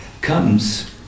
comes